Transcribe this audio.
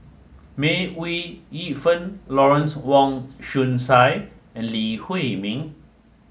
May Ooi Yu Fen Lawrence Wong Shyun Tsai and Lee Huei Min